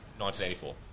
1984